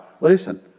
Listen